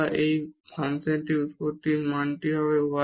এবং এই ফাংশনটির উৎপত্তির মানটিও y